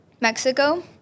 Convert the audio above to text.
Mexico